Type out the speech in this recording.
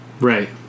Right